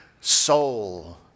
soul